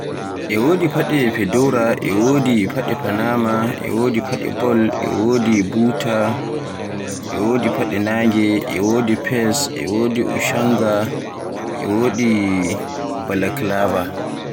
E wodi faɗe fedora, e wodi faɗe Panama, e wodi faɗe bol, e wodi boater, e wodi faɗe nange, e wodi fez, e wodi ushanka, e wodi balaclava